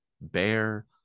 Bear